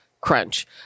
crunch